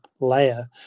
layer